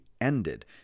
ended